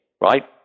right